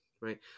right